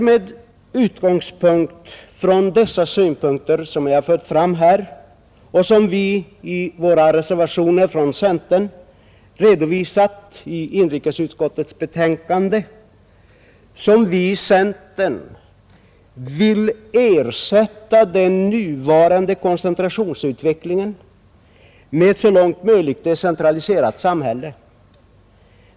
Med utgångspunkt från de synpunkter som jag här anfört och som vi från centern redovisat i våra reservationer till inrikesutskottets betänkande vill vi i centern ersätta den nuvarande koncentrationsutvecklingen med ett så långt möjligt decentraliserat samhälle.